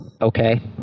Okay